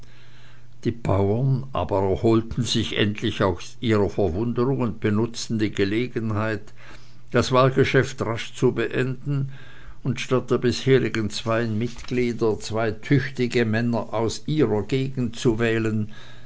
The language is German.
die bauern aber erholten sich endlich aus ihrer verwunderung und benutzten die gelegenheit das wahlgeschäft rasch zu beenden und statt der bisherigen zwei mitglieder zwei tüchtige männer aus ihrer gegend zu wählen